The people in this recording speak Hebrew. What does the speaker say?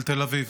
על תל אביב.